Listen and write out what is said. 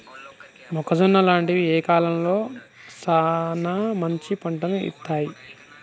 మొక్కజొన్న లాంటివి ఏ కాలంలో సానా మంచి పంటను ఇత్తయ్?